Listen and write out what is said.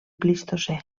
plistocè